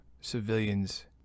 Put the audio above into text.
civilians